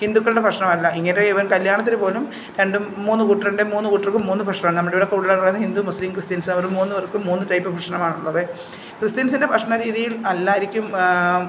ഹിന്ദുക്കളുടെ ഭക്ഷണമല്ല എങ്കിലും ഈവൻ കല്ല്യാണത്തിനു പോലും രണ്ടും മൂന്നു കൂട്ടരുണ്ടെ മൂന്നു കൂട്ടർക്കും മൂന്നു ഭക്ഷണമാണ് നമ്മളിവിടെ കൂടുതലുള്ളത് ഹിന്ദു മുസ്ലീം ക്രിസ്ത്യൻസ് അവർക്ക് മൂന്നു പേർക്കും മൂന്നു ടൈപ്പ് ഭക്ഷണമാണുള്ളത് ക്രിസ്ത്യൻസിൻ്റെ ഭക്ഷണരീതിയിൽ അല്ലായിരിക്കും